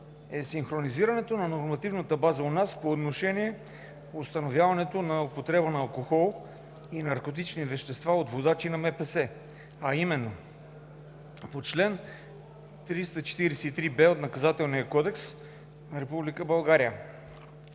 е синхронизирането на нормативната база у нас по отношение установяването на употреба на алкохол и наркотични вещества от водачи на МПС, а именно с разпоредбата на чл. 343б от Наказателния кодекс на